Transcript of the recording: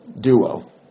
duo